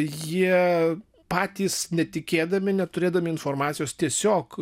jie patys netikėdami neturėdami informacijos tiesiog